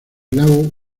lago